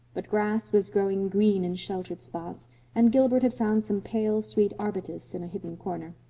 but grass was growing green in sheltered spots and gilbert had found some pale, sweet arbutus in a hidden corner.